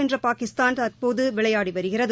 வென்ற பாகிஸ்தான் தற்போது விளையாடி வருகிறது